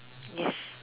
yes